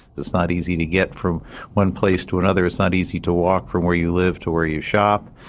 it's not easy to get from one place to another, it's not easy to walk from where you live to where you shop,